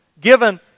Given